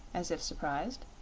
as if surprised.